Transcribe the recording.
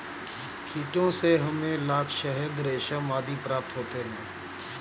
कीटों से हमें लाख, शहद, रेशम आदि प्राप्त होते हैं